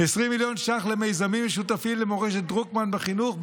20 מיליון ש"ח למיזמים משותפים למורשת דרוקמן בחינוך,